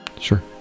Sure